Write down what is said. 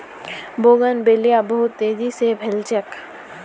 bougainvillea बहुत तेजी स फैल छेक